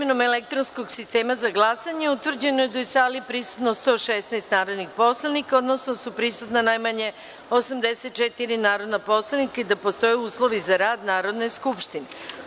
elektronskog sistema za glasanje, utvrđeno da je u sali prisutna 116 narodnih poslanika, odnosno da su prisutna najmanje 84 narodna poslanika i da postoje uslovi za rad Narodne skupštine.